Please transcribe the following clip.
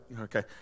okay